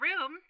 room